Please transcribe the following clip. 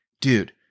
dude